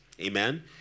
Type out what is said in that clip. amen